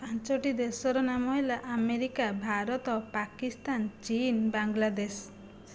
ପାଞ୍ଚଟି ଦେଶର ନାମ ହେଲା ଆମେରିକା ଭାରତ ପାକିସ୍ତାନ ଚୀନ ବାଂଲାଦେଶ